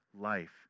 life